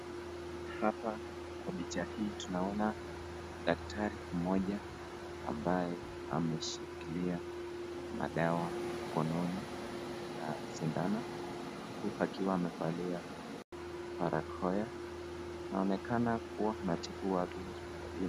Hapa kwa picha hii tunaona daktari mmoja ambaye ameshikilia madawa mkononi na sindano, huku akiwa amevalia barakoa. Inaonekana kuwa anatibu watu hospitalini.